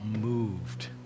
moved